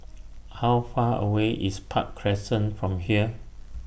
How Far away IS Park Crescent from here